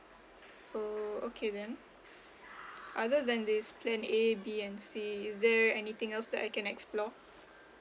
oh okay then other than this plan A B and C is there anything else that I can explore